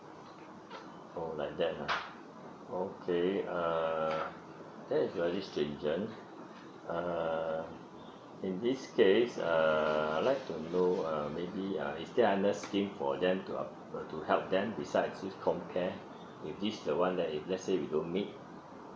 oh like that ah okay uh there's really stringent err in this case err I'd like to know um maybe uh is there under scheme for them to a~ to help them besides this com care if this the one if let's say we don't meet